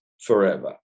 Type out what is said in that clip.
forever